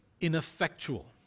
ineffectual